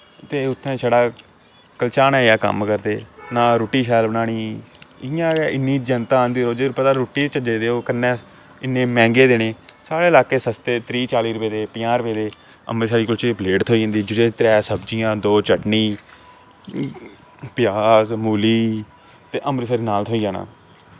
ते उत्थें छड़ा कच्चा नेहा कम्म करदे ना रुट्टी शैल बनानी इयां गै इन्नी जनता आंदी रोजे दी पता रुट्टी ते चज्जे दी देओ इन्नी मैंह्गी देनी साढ़ॉे ल्हाकै सस्ते त्रीह् चाली रपे दे पजांह् रपे दे अम्बरसरी कुल्चे दी पलेट थ्होई जंदी जेह्दे च त्रै सब्जियां दो चटनी प्याज मूली ते अम्बरसरी नान थ्होई जाना